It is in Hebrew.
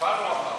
נפל או עבר?